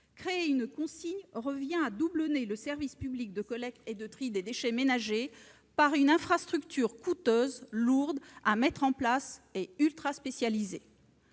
créer une consigne revient à doublonner le service public de collecte et de tri des déchets ménagers par une infrastructure coûteuse, lourde à mettre en place et ultraspécialisée.